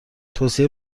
توصیه